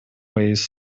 ways